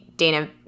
Dana